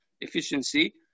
efficiency